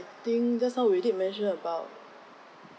think just now we did mention about